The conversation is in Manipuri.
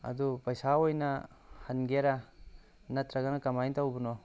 ꯑꯗꯣ ꯄꯩꯁꯥ ꯑꯣꯏꯅ ꯍꯟꯒꯦꯔꯥ ꯅꯠꯇ꯭ꯔꯒꯅ ꯀꯃꯥꯏ ꯇꯧꯕꯅꯣ